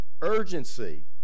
urgency